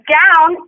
down